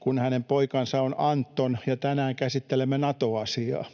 kun hänen poikansa on Anton ja tänään käsittelemme Nato-asiaa.